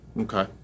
Okay